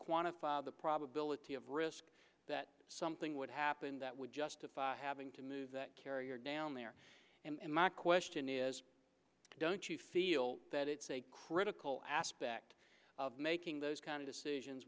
quantify the probability of risk that something would happen that would justify having to move that carrier down there and my question is don't you feel that it's a critical aspect of making those kind of decisions